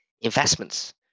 investments